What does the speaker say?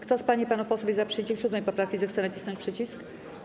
Kto z pań i panów posłów jest za przyjęciem 7. poprawki, zechce nacisnąć przycisk.